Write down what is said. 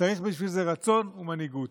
צריך בשביל זה רצון ומנהיגות.